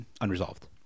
unresolved